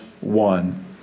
one